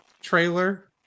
trailer